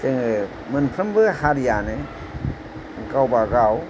जोङो मोनफ्रोमबो हारियानो गावबा गाव